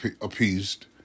appeased